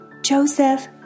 Joseph